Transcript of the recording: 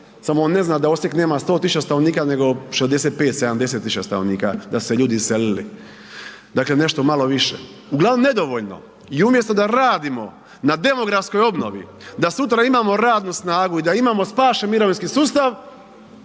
samo on ne zna da Osijek nema 100 000 stanovnika, nego 65-70 000 stanovnika, da su se ljudi iselili, dakle nešto malo više. Uglavnom nedovoljno i umjesto da radimo na demografskoj obnovi da sutra imamo radnu snagu i da imamo spašen mirovinski sustav,